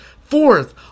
Fourth